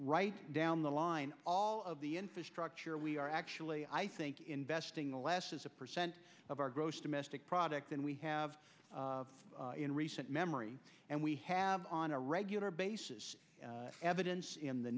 right down the line all of the infrastructure we are actually i think investing the last as a percent of our gross domestic product than we have in recent memory and we have on a regular basis evidence in the